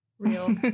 real